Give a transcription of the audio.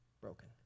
broken